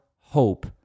hope